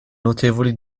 notevoli